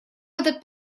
этот